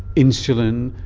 insulin,